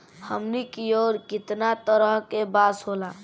हमनी कियोर कितना तरह के बांस होला